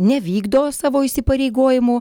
nevykdo savo įsipareigojimų